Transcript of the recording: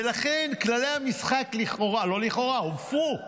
ולכן כללי המשחק לכאורה, לא לכאורה, הופרו.